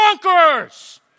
conquerors